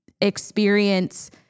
experience